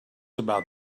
about